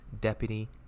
deputy